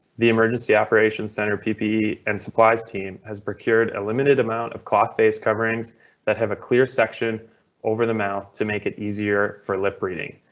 the emergency operations center ppe and supplies team has procured a limited amount of cloth face coverings that have a clear section over the mouth to make it easier for lip reading.